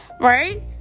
Right